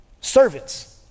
servants